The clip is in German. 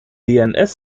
dns